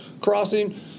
crossing